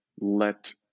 let